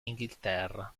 inghilterra